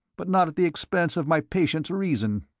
but not at the expense of my patient's reason.